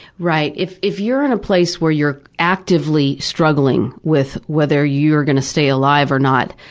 right. if if you're in a place where you're actively struggling with whether you're going to stay alive or not,